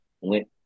Went